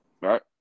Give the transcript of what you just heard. right